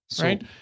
Right